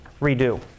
redo